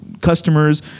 customers